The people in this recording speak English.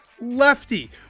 Lefty